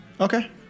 Okay